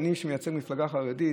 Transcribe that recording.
אני כמייצג מפלגה חרדית,